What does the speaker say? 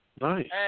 Nice